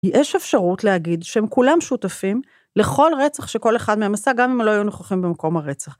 יש אפשרות להגיד שהם כולם שותפים לכל רצח שכל אחד מהם עשה, גם אם לא היו נוכחים במקום הרצח.